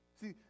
See